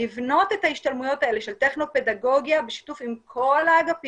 לבנות את ההשתלמויות האלה של טכנו פדגוגיה בשיתוף עם כל האגפים,